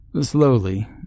Slowly